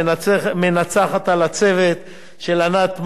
שמנצחת על הצוות של ענת,